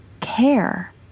care